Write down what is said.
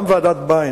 גם ועדת-ביין,